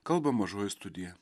kalba mažoji studija